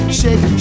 shake